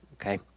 Okay